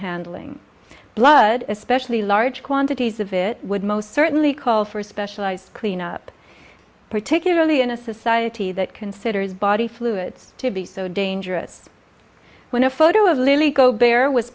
handling blood especially large quantities of it would most certainly call for specialized cleanup particularly in a society that considers body fluids to be so dangerous when a photo